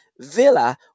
Villa